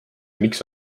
miks